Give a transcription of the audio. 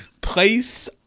place